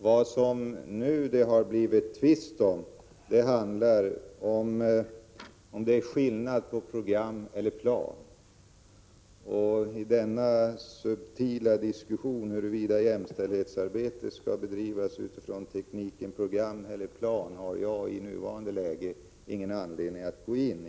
Vad det nu har blivit tvist om är frågan om det är skillnad på program och plan. I denna subtila diskussion, huruvida jämställdhetsarbete skall bedrivas utifrån tekniken program eller plan, har jag i nuvarande läge ingen anledning att gå in.